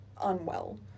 unwell